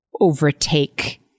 overtake